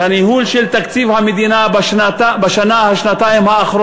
בעד, 51, 23 מתנגדים, אין נמנעים.